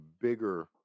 bigger